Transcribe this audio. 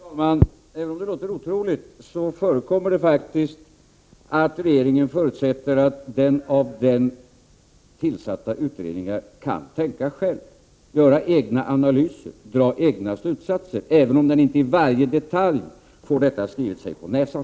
Herr talman! Även om det låter otroligt, förekommer det faktiskt att regeringen förutsätter att ledamöterna av den tillsatta utredningen kan tänka själva, göra egna analyser och dra egna slutsatser utan att i varje detalj få detta skrivet sig på näsan.